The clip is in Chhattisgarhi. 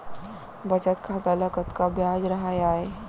बचत खाता ल कतका ब्याज राहय आय?